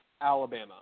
Alabama